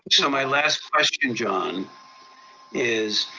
so my last question john is,